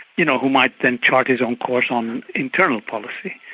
you know who might then chart his own course on internal policy.